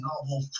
novel